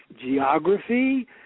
geography